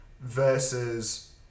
versus